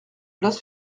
place